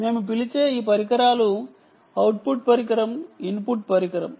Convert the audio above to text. మేము పిలిచే ఈ పరికరాలు అవుట్పుట్ పరికరం ఇన్పుట్ పరికరం